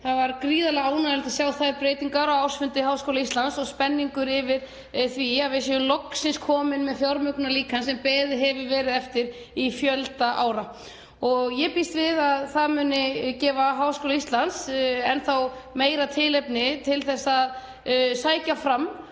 Það var gríðarlega ánægjulegt að sjá þær breytingar á ársfundi Háskóla Íslands og spenningur yfir því að við séum loksins komin með fjármögnunarlíkan sem beðið hefur verið eftir í fjölda ára. Ég býst við að það muni gefa Háskóla Íslands enn þá meira tilefni til að sækja fram